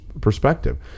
perspective